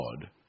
God